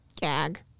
Gag